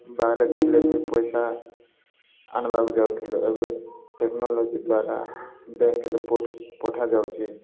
ବାହାରେ ଥିଲେ ବି ପଇସା ଆଣିବାକୁ ଯାଉଥିଲୁ ଏବେ ଟେକ୍ନୋଲୋଜି ଦ୍ୱାରା ବ୍ୟାଙ୍କରେ ପଠ ପଠାଯାଉଛି